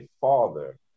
father